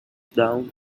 down